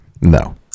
No